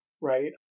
right